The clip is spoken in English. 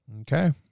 Okay